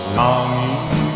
longing